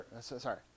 sorry